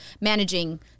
managing